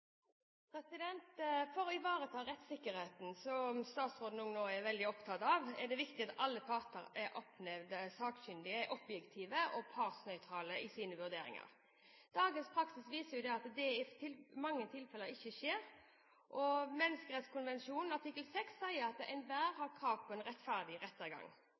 replikkordskifte. For å ivareta rettssikkerheten, som statsråden nå er veldig opptatt av, er det viktig at alle sakkyndige parter er objektive og partsnøytrale i sine vurderinger. Dagens praksis viser at det i mange tilfeller ikke skjer, og menneskerettskonvensjonens artikkel 6 sier at enhver har krav på en rettferdig rettergang.